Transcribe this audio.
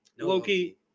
Loki